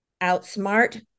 Outsmart